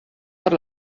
per